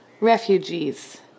Refugees